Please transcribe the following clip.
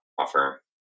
offer